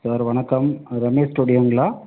sir வணக்கம் ஆ ரமேஷ் ஸ்டூடியோங்களா